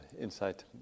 Insight